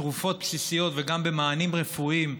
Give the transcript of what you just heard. בתרופות בסיסיות וגם במענים רפואיים,